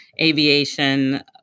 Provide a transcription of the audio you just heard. aviation